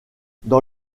dans